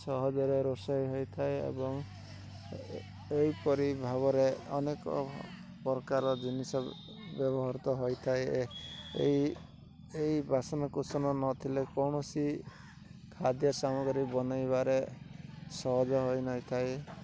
ସହଜରେ ରୋଷେଇ ହୋଇଥାଏ ଏବଂ ଏହିପରି ଭାବରେ ଅନେକ ପ୍ରକାର ଜିନିଷ ବ୍ୟବହୃତ ହୋଇଥାଏ ଏଇ ଏହି ବାସନକୁସନ ନଥିଲେ କୌଣସି ଖାଦ୍ୟ ସାମଗ୍ରୀ ବନାଇବାରେ ସହଜ ହୋଇନଥାଏ